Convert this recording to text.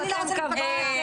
יאללה יאללה, בסדר.